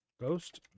Ghost